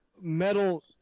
metal